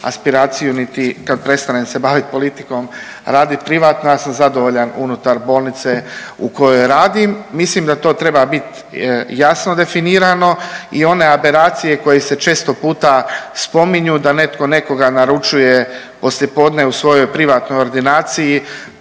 aspiraciju niti kad prestanem se baviti politikom radit privatno, ja sam zadovoljan unutar bolnice u kojoj radim. Mislim da to treba biti jasno definirano i one aberacije koje se često puta spominju da netko nekoga naručuje poslijepodne u svojoj privatnoj ordinaciji